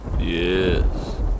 Yes